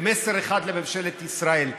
מסר אחד לממשלת ישראל: